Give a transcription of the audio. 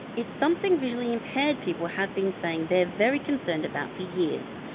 it's something visually impaired people have been saying they're very concerned about for years.